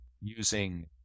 using